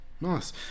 nice